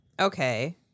okay